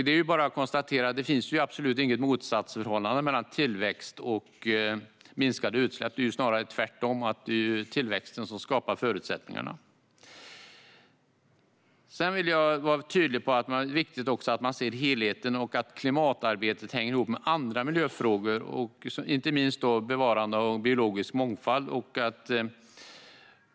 Det är bara att konstatera att det absolut inte finns något motsatsförhållande mellan tillväxt och minskade utsläpp. Det är snarare tvärtom: Det är tillväxten som skapar förutsättningarna. Jag vill också vara tydlig med att det är viktigt att man ser helheten och att klimatarbetet hänger ihop med andra miljöfrågor, inte minst bevarande av biologisk mångfald.